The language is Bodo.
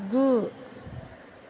गु